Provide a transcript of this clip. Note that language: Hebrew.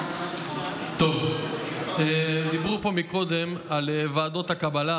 טוב, דיברו פה קודם על ועדות הקבלה,